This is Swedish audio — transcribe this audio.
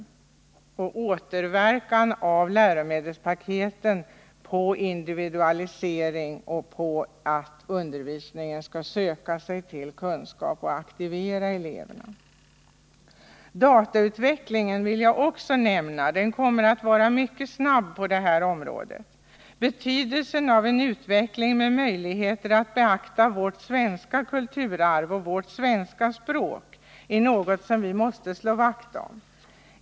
Det är tveksamt vilken återverkan läromedelspaketen får på individualiseringen. Undervisningen skall ju leda till kunskap och aktivera eleverna. Datautvecklingen vill jag också nämna. Den kommer att vara mycket snabb på det här området. En utveckling med möjligheter att beakta vårt svenska kulturarv och vårt svenska språk är något som vi måste slå vakt om.